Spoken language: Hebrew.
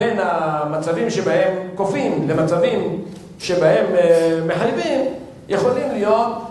בין המצבים שבהם כופים למצבים שבהם מחייבים יכולים להיות